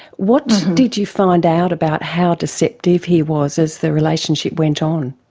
what did you find out about how deceptive he was as the relationship went on?